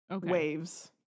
waves